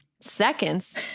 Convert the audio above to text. seconds